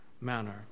manner